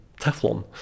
Teflon